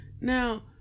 Now